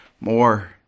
more